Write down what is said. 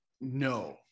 No